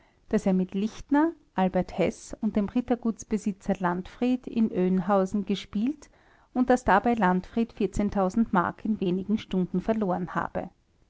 daß er mit lichtner albert heß und dem rittergutsbesitzer landfried in öynhausen gespielt und daß dabei landfried mark in wenigen stunden verloren habe